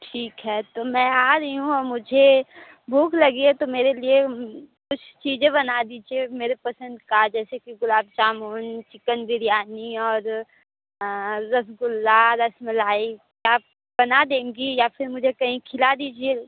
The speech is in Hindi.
ठीक है तो मैं आ रही हूँ और मुझे भूख लगी है तो मेरे लिए कुछ चीजें बना दीजिए मेरे पसंद का जैसे कि गुलाब जामुन चिकन बिरयानी और रसगुल्ला रसमलाई आप बना देंगी या फिर मुझे कहीं खिला दीजिए